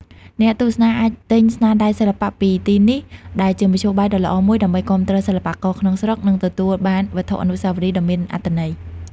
អ្នកទស្សនាអាចទិញស្នាដៃសិល្បៈពីទីនេះ ដែលជាមធ្យោបាយដ៏ល្អមួយដើម្បីគាំទ្រសិល្បករក្នុងស្រុក និងទទួលបានវត្ថុអនុស្សាវរីយ៍ដ៏មានអត្ថន័យ។